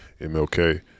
MLK